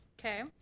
Okay